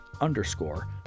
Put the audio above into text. underscore